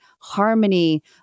harmony